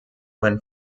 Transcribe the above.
when